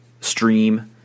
stream